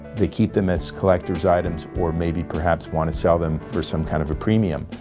they keep them as collector's items or maybe perhaps want to sell them for some kind of premium.